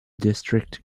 district